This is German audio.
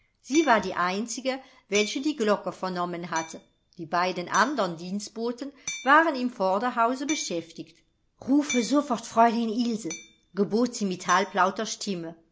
sie war die einzige welche die glocke vernommen hatte die beiden andern dienstboten waren im vorderhause beschäftigt rufe sofort fräulein ilse gebot sie mit halblauter stimme